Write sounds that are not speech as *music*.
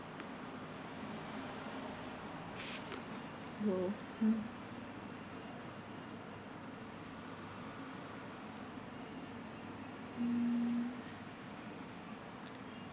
oh *noise* mm mm